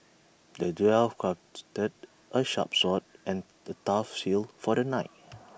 the dwarf crafted A sharp sword and A tough shield for the knight